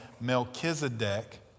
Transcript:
Melchizedek